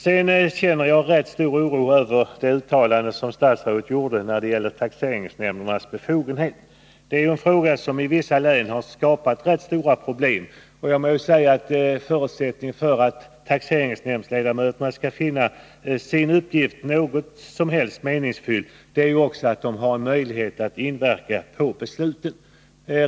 Sedan känner jag viss oro över det uttalande som statsrådet gjorde beträffande taxeringsnämndernas befogenheter. Det är en fråga som i vissa län har skapat rätt stora problem. Förutsättningen för att taxeringsnämndsledamöterna skall finna sin uppgift meningsfull är att de har möjlighet att påverka besluten.